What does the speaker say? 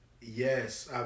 yes